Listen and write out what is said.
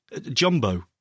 Jumbo